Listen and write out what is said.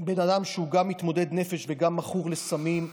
בן אדם שהוא גם מתמודד נפש וגם מכור לסמים,